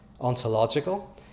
ontological